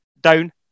down